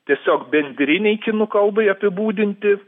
tiesiog bendrinei kinų kalbai apibūdinti